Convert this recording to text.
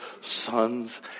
sons